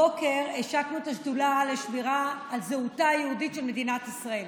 הבוקר השקנו את השדולה לשמירה על זהותה היהודית של מדינת ישראל